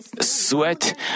sweat